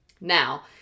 Now